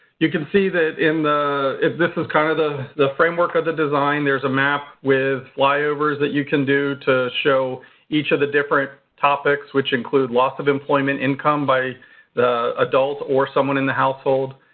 you can see that in the this is kind of the the framework of the design. there's a map with flyovers that you can do to show each of the different topics which include loss of employment income by the adult or someone in the household,